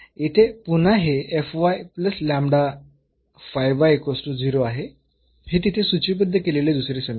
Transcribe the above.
तर येथे पुन्हा हे आहे हे तिथे सूचीबद्ध केलेले दुसरे समीकरण आहे